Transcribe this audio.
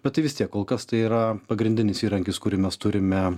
bet tai vis tiek kol kas tai yra pagrindinis įrankis kurį mes turime